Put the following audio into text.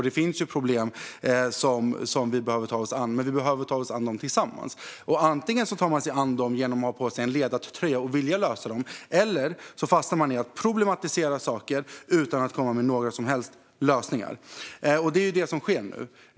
Det finns problem som vi behöver ta oss an, men vi behöver ta oss an dem tillsammans. Antingen tar man sig an dem genom att ha på sig en ledartröja och vilja lösa dem eller så fastnar man i att problematisera saker utan att komma med några som helst lösningar. Det är det som sker nu.